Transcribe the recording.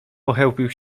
pochełpił